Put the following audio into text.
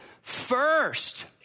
first